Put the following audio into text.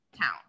town